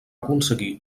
aconseguir